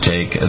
Take